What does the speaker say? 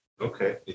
Okay